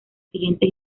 siguientes